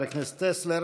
תודה, חבר הכנסת טסלר.